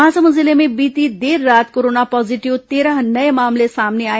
महासमुंद जिले में बीती देर रात कोरोना पॉजिटिव तेरह नये मामले सामने आए